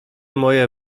moje